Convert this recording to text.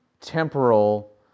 temporal